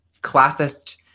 classist